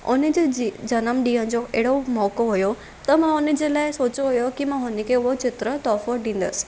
उनजे जीअं जनमॾींहं जो अहिड़ो मौको हुयो त मां हुनजे लाइ सोचियो हुयो कि मां हुनखे उहो चित्र तुहिफ़ो ॾींदसि